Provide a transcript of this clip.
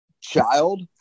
child